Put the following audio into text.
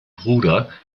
bruder